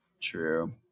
True